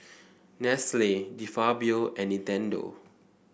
Nestle De Fabio and Nintendo